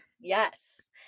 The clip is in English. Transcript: yes